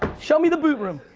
show me the boot room.